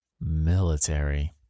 military